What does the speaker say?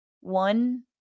one